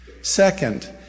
Second